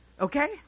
Okay